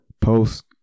post